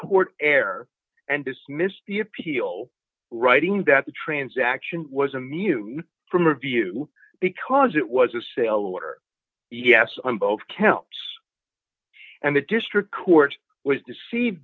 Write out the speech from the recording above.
court error and dismissed the appeal writing that the transaction was immune from review because it was a sailor yes on both counts and the district court was deceived